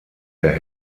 der